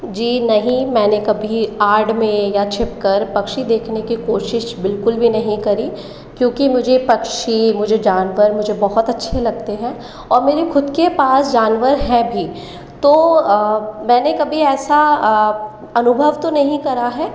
जी नहीं मैंने कभी आड़ में या छिप कर पक्षी देखने की कोशिश बिल्कुल भी नहीं करी क्योंकि मुझे पक्षी मुझे जानवर मुझे बहुत अच्छे लगते हैं और मेरे खुद के पास जानवर हैं भी तो मैंने कभी ऐसा अनुभव तो नहीं करा है